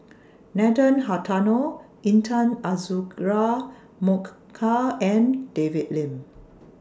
Nathan Hartono Intan Azura Mokhtar and David Lim